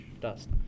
dust